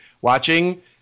watching